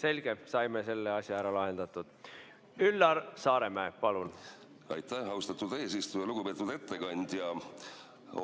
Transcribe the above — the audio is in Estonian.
Selge, saime selle asja ära lahendatud. Üllar Saaremäe, palun! Aitäh, austatud eesistuja! Lugupeetud ettekandja!